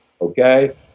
okay